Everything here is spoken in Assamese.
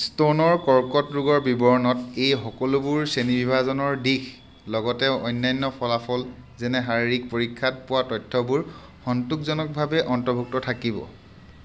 স্তনৰ কৰ্কট ৰোগৰ বিৱৰণত এই সকলোবোৰ শ্ৰেণীবিভাজনৰ দিশ লগতে অন্যান্য ফলাফল যেনে শাৰীৰিক পৰীক্ষাত পোৱা তথ্যবোৰ সন্তোষজনকভাৱে অন্তৰ্ভুক্ত থাকিব